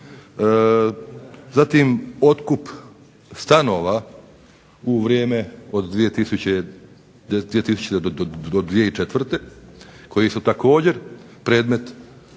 Zatim, otkup stanova u vrijeme od 2000. do 2004. koji su također predmet